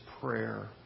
prayer